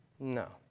No